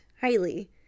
highly